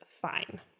fine